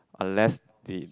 unless the